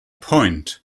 point